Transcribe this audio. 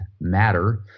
Matter